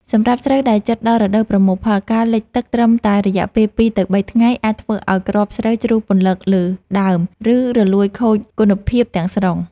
សម្រាប់ស្រូវដែលជិតដល់រដូវប្រមូលផល ការលិចទឹកត្រឹមតែរយៈពេល ២ ទៅ ៣ ថ្ងៃ អាចធ្វើឱ្យគ្រាប់ស្រូវដុះពន្លកលើដើម ឬរលួយខូចគុណភាពទាំងស្រុង។